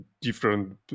different